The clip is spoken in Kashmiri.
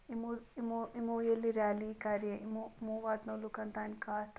یِمو یِمو یِمو ییٚلہِ ریلی کَرے یِمو یِمو واتنٲو لُکَن تانۍ کتھ